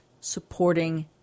supporting